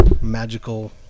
magical